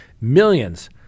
millions